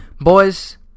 boys